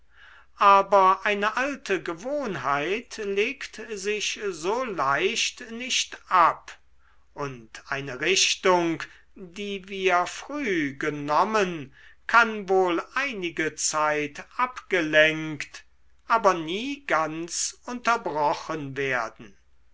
aber eine alte gewohnheit legt sich so leicht nicht ab und eine richtung die wir früh genommen kann wohl einige zeit abgelenkt aber nie ganz unterbrochen werden